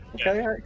Okay